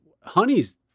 honey's